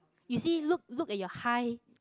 you see look look at your high